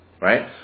Right